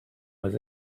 was